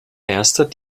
erster